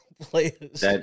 players